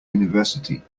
university